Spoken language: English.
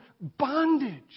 bondage